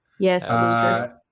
Yes